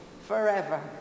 forever